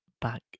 back